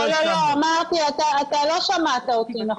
לא, אתה לא שמעת אותי נכון.